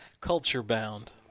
Culture-bound